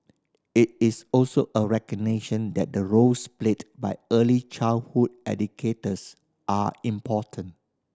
it is also a recognition that the roles played by early childhood educators are important